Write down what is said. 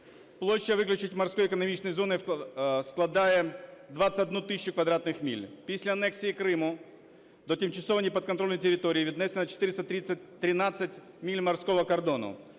Площа виключної (морської) економічної зони складає 21 тисячу квадратних миль. Після анексії Криму до тимчасово непідконтрольної території віднесено 413 миль морського кордону.